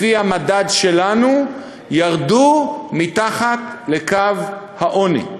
לפי המדד שלנו, ירדו מתחת לקו העוני,